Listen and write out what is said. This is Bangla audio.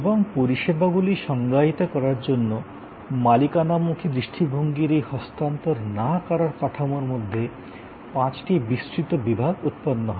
এবং পরিষেবাগুলি সংজ্ঞায়িত করার জন্য মালিকানামুখী দৃষ্টিভঙ্গির এই হস্তান্তর না করার কাঠামোর মধ্যে পাঁচটি বিস্তৃত বিভাগ উৎপন্ন হয়